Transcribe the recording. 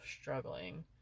struggling